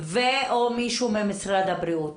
ו/או מישהו ממשרד הבריאות.